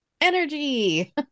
Energy